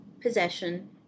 possession